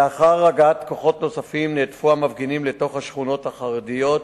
לאחר הגעת כוחות נוספים נהדפו המפגינים לתוך השכונות החרדיות,